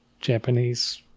Japanese